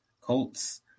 Colts